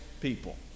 people